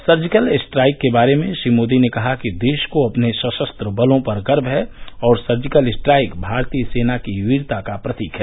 surgical strike के बारे में श्री मोदी ने कहा कि देश को अपने सशस्त्र बलों पर गर्व है और सर्जिकल स्ट्राइक भारतीय सेना की वीरता का प्रतीक है